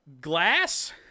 Glass